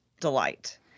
delight